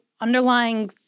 underlying